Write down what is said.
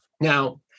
Now